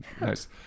nice